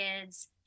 kids